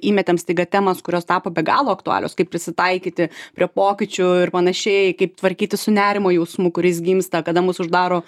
įmetėm staiga temas kurios tapo be galo aktualios kaip prisitaikyti prie pokyčių ir panašiai kaip tvarkytis su nerimo jausmu kuris gimsta kada mus uždaro